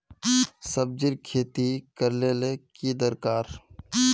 सब्जी खेती करले ले की दरकार?